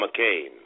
McCain